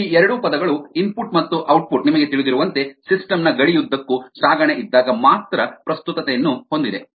ಈ ಎರಡು ಪದಗಳು ಇನ್ಪುಟ್ ಮತ್ತು ಔಟ್ಪುಟ್ ನಿಮಗೆ ತಿಳಿದಿರುವಂತೆ ಸಿಸ್ಟಮ್ನ ಗಡಿಯುದ್ದಕ್ಕೂ ಸಾಗಣೆ ಇದ್ದಾಗ ಮಾತ್ರ ಪ್ರಸ್ತುತತೆಯನ್ನು ಹೊಂದಿವೆ